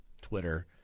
Twitter